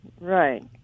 Right